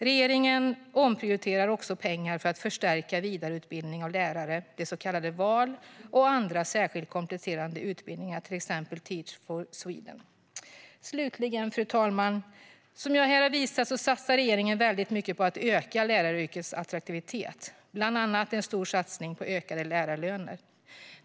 Regeringen omprioriterar också pengar för att förstärka vidareutbildningen av lärare, den så kallade VAL, och andra särskilt kompletterande utbildningar, till exempel Teach for Sweden. Fru talman! Som jag här visat satsar regeringen väldigt mycket på att öka läraryrkets attraktivitet, bland annat genom en stor satsning på höjda lärarlöner.